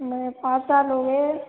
मेरे पाँच साल हो गए